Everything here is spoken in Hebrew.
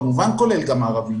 כמובן כולל גם ערבים,